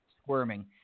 squirming